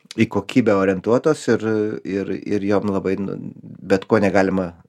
į kokybę orientuotos ir ir ir jom labai nu bet ko negalima